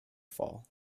fall